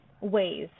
ways